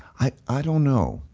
i don't know.